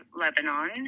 Lebanon